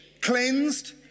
cleansed